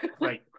right